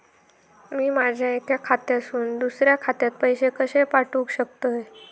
मी माझ्या एक्या खात्यासून दुसऱ्या खात्यात पैसे कशे पाठउक शकतय?